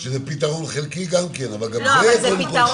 גם זה פתרון חלקי, אבל שיהיה קודם כל זה.